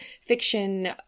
fiction